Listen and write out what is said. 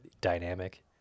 dynamic